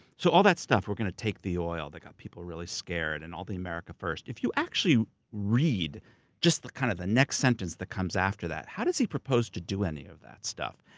so all that stuff, we're gonna take the oil, that got people really scared, and all the america first. if you actually read just kind of the next sentence that comes after that, how does he propose to do any of that stuff?